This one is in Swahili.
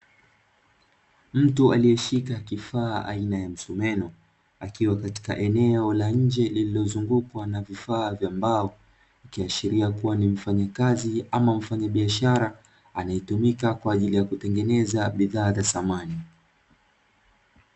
Mtu aliyeshika kifaa aina ya msumeno akiwa katika eneo la nje lililozungukwa na vifaa vya mbao, ikiashiria kuwa ni mfanyakazi au mfanyabiashara anayetumika kwa ajili ya kutengeneza bidhaa za samani.